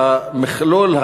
המכלול,